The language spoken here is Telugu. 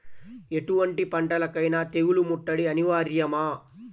ఎటువంటి పంటలకైన తెగులు ముట్టడి అనివార్యమా?